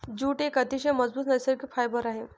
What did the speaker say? jute एक अतिशय मजबूत नैसर्गिक फायबर आहे